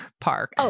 park